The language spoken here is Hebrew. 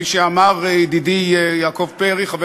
חנין.